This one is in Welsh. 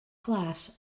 glas